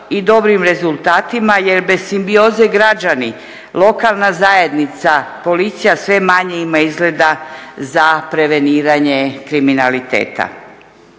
i dobrim rezultatima jer bez simbioze građani, lokalna zajednica, policija sve manje ima izgleda za preveniranje kriminaliteta.